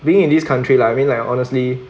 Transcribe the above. being in this country lah I mean like honestly